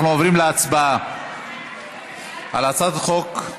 אנחנו עוברים להצבעה על הצעת החוק.